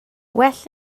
well